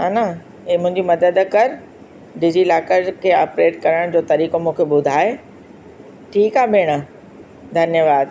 हा न हीअ मुंहिंजी मदद कर डिजीलाकर जंहिंखे आपरेट करण जो तरीक़ो मूंखे ॿुधाए ठीकु आहे भेण धन्यवादु